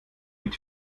mit